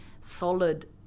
solid